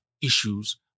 issues